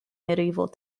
medieval